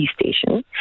station